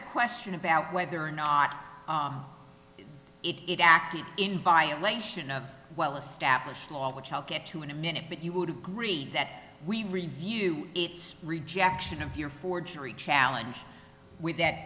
a question about whether or not it acted in violation of well established law which i'll get to in a minute but you would agree that we review its rejection of your forgery challenge with that